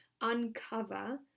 uncover